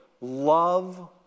love